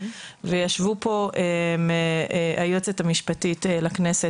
וישבו פה היועצת המשפטית לכנסת,